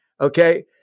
Okay